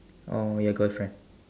or your girlfriend